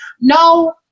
No